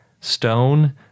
stone